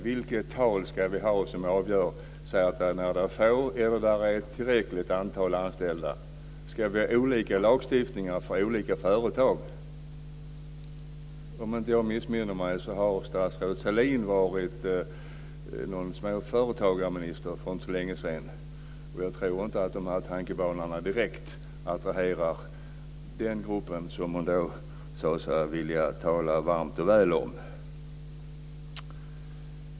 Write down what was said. Vilket tal ska vi ha som avgör när det är få eller när det är tillräckligt antal anställda? Ska vi ha olika lagstiftning för olika företag? Om inte jag missminner mig har statsrådet Sahlin varit småföretagarminister för inte så länge sedan. Jag tror inte att de här tankebanorna direkt attraherar den grupp som hon då sade sig vilja tala varmt och väl om.